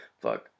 Fuck